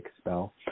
spell